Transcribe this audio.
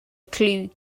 clue